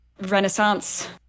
renaissance